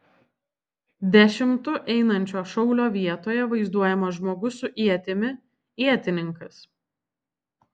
dešimtu einančio šaulio vietoje vaizduojamas žmogus su ietimi ietininkas